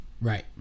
Right